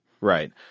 Right